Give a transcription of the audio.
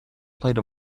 played